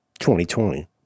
2020